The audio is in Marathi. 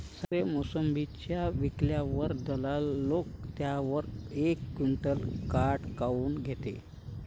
संत्रे, मोसंबी विकल्यावर दलाल लोकं त्याच्यावर एक क्विंटल काट काऊन घेते?